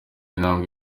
intambwe